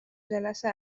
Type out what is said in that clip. جلسه